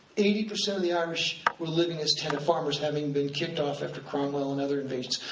eighty percent of the irish were living as tenant farmers, having been kicked off after cromwell and other invasions.